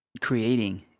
creating